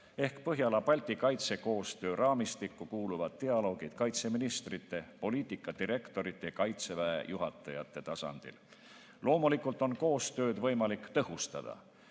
ehk Põhja-Balti kaitsekoostöö raamistikku kuuluvad dialoogid kaitseministrite, poliitikadirektorite ja kaitseväe juhatajate tasandil. Loomulikult on koostööd võimalik tõhustada.